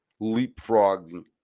leapfrogging